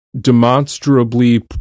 demonstrably